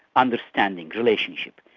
understanding relationship.